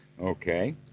Okay